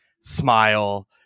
Smile